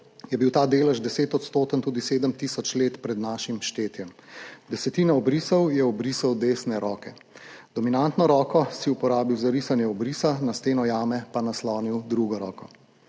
je bil ta delež desetodstoten tudi sedem tisoč let pred našim štetjem. Desetine obrisov je obrisala desna roka. Dominantno roko si uporabil za risanje obrisa, na steno jame pa naslonil drugo roko.